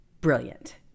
brilliant